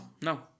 No